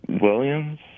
Williams